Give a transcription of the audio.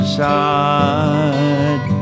side